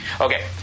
Okay